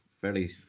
fairly